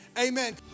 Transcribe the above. amen